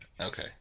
Okay